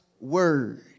word